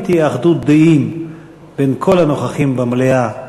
אם תהיה אחדות דעים בין כל הנוכחים במליאה,